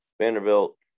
Vanderbilt